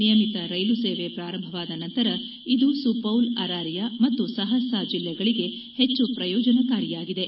ನಿಯಮಿತ ರೈಲು ಸೇವೆ ಪ್ರಾರಂಭವಾದ ನಂತರ ಇದು ಸುಪೌಲ್ ಅರಾರಿಯಾ ಮತ್ತು ಸಹರ್ಸಾ ಜಿಲ್ಲೆಗಳಿಗೆ ಹೆಚ್ಚು ಪ್ರಯೋಜನಕಾರಿಯಾಗಿದೆ